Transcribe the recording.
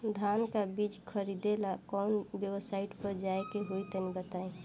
धान का बीज खरीदे ला काउन वेबसाइट पर जाए के होई तनि बताई?